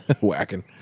Whacking